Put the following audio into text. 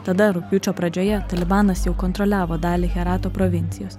tada rugpjūčio pradžioje talibanas jau kontroliavo dalį herato provincijos